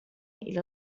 إلى